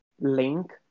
link